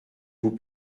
vous